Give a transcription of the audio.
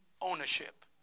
ownership